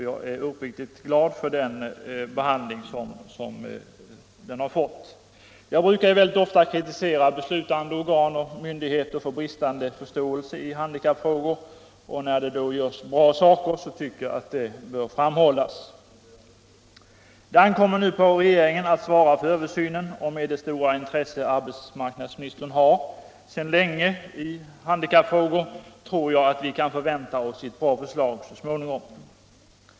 Jag är uppriktigt glad för detta. Jag brukar ofta kritisera beslutande organ och myndigheter för bristande förståelse i handikappfrågor. När det då görs bra saker, tycker jag att det också bör framhållas. Det ankommer nu på regeringen att svara för översynen. Med det stora intresse arbetsmarknadsministern har visat sedan länge i handikappfrågor, tror jag att vi kan förvänta oss ett bra förslag så småningom.